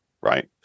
right